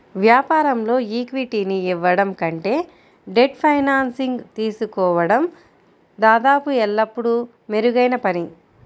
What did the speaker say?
వ్యాపారంలో ఈక్విటీని ఇవ్వడం కంటే డెట్ ఫైనాన్సింగ్ తీసుకోవడం దాదాపు ఎల్లప్పుడూ మెరుగైన పని